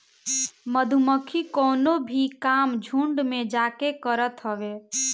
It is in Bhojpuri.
मधुमक्खी कवनो भी काम झुण्ड में जाके करत हवे